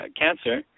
cancer